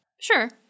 Sure